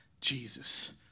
Jesus